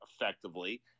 effectively